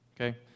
Okay